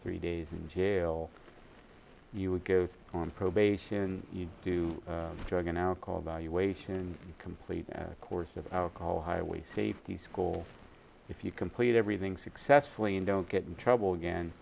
three days in jail you would go on probation you do drug and alcohol valuation and complete course of alcohol highway safety school if you complete everything successfully and don't get in trouble again